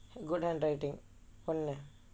good handwriting ஒன்னு:onnu